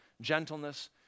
gentleness